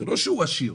זה לא שהוא עשיר.